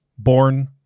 Born